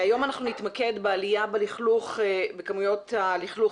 היום אנחנו נתמקד בעלייה בכמויות הלכלוך